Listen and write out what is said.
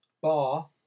bar